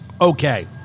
Okay